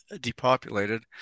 depopulated